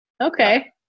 Okay